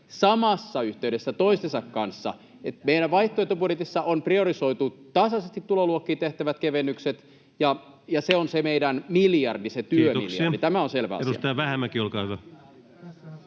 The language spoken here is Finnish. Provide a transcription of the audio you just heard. samassa yhteydessä toistensa kanssa. Meidän vaihtoehtobudjetissamme on priorisoitu tasaisesti tuloluokkiin tehtävät kevennykset, ja se on se meidän miljardi, se työmiljardi. [Puhemies: